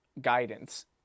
guidance